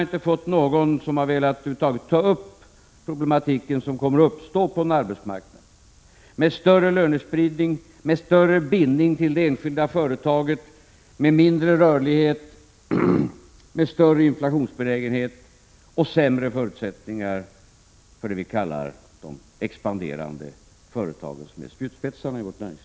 Ingen av er har över huvud taget velat ta upp den problematik som kommer att uppstå på en arbetsmarknad med större lönespridning, större bindning till det enskilda företaget, mindre rörlighet, större inflationsbenägenhet och sämre förutsättningar för vad vi kallar de expanderande företagen, som är spjutspetsarna i vårt näringsliv.